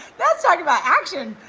that's talking about action.